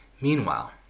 Meanwhile